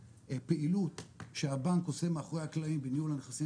פעילות שהבנק עושה מאחורי הקלעים בניהול הנכסים